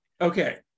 Okay